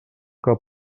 que